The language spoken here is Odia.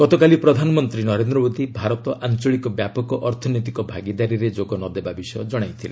ଗତକାଲି ପ୍ରଧାନମନ୍ତ୍ରୀ ନରେନ୍ଦ୍ର ମୋଦୀ ଭାରତ ଆଞ୍ଚଳିକ ବ୍ୟାପକ ଅର୍ଥନୈତିକ ଭାଗିଦାରୀରେ ଯୋଗ ନଦେବା ବିଷୟ ଜଣାଇଥିଲେ